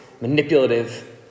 manipulative